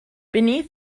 beneath